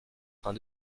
train